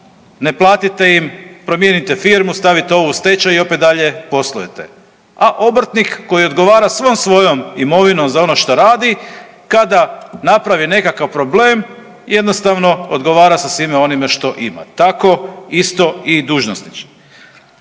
ne platite im, promijenite firmu, stavite ovu u stečaj i opet dalje poslujete. A obrtnik koji odgovara svom svojom imovinom za ono šta radi kada napravi nekakav problem jednostavno odgovara sa svime onime što ima, tako isto i dužnosnici.